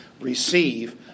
Receive